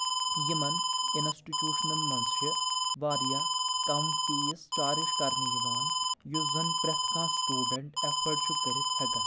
یِمن اِنسٹِٹیوٗشنن منٛز چھِ واریاہ کم فیٖس چارٕج کرنہٕ یِوان یُس زن پرٛؠتھ کانٛہہ سٹوٗڈنٛٹ ایفٲڈ چھُ کٔرِتھ ہؠکان